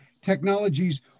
technologies